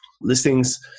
listings